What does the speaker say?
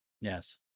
Yes